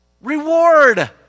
Reward